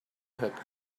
had